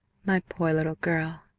my poor little girl!